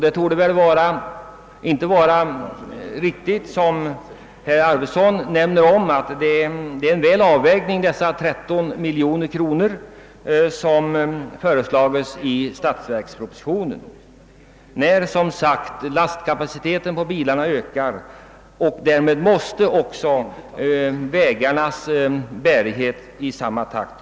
Det torde inte vara riktigt att, som herr Arweson nämnde, dessa 13 miljoner kronor, som föreslagits i statsverkspropositionen, är en god avvägning. När bilarnas lastkapacitet ökar måste också vägarnas bärighet öka i samma takt.